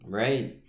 right